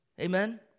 Amen